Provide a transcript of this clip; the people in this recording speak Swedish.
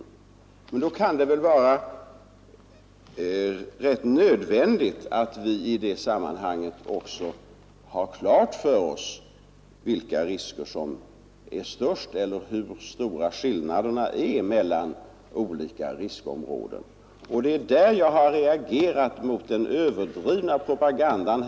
I det sammanhanget är det rätt nödvändigt att vi har klart för oss vilka risker som är störst eller hur stora skillnaderna är mellan olika riskområden. Det är där jag har reagerat mot den överdrivna propagandan.